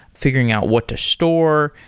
figuring out what to store.